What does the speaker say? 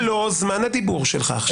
לא זמן הדיבור שלך עכשיו.